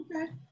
Okay